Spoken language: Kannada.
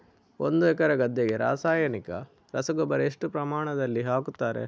ಒಂದು ಎಕರೆ ಗದ್ದೆಗೆ ರಾಸಾಯನಿಕ ರಸಗೊಬ್ಬರ ಎಷ್ಟು ಪ್ರಮಾಣದಲ್ಲಿ ಹಾಕುತ್ತಾರೆ?